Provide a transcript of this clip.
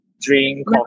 drink